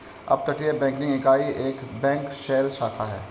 अपतटीय बैंकिंग इकाई एक बैंक शेल शाखा है